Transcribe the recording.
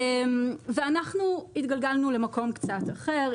אנחנו התגלגלנו למקום קצת אחר,